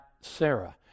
Sarah